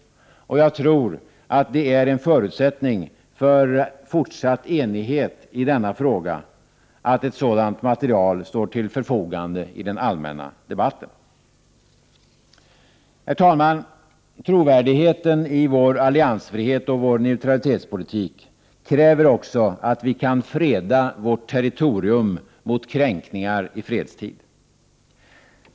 Jag tror att det är en förutsättning för fortsatt enighet i denna fråga att ett sådant material står till förfogande i den allmänna debatten. Herr talman! Trovärdigheten i vår alliansfrihet och vår neutralitetspolitik kräver också att vi kan freda vårt territorium mot kränkningar i fredstid.